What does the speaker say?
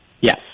Yes